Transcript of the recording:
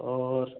और